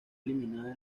eliminada